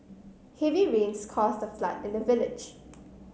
heavy rains caused a flood in the village